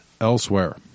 elsewhere